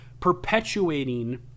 perpetuating